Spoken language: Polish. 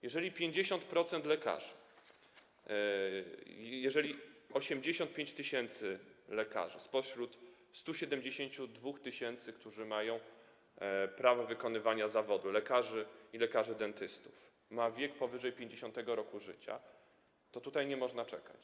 Jeżeli 50% lekarzy, jeżeli 85 tys. lekarzy spośród 172 tys., którzy mają prawo wykonywania zawodu lekarza i lekarza dentysty, jest w wieku powyżej 50. roku życia, to nie można czekać.